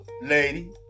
Lady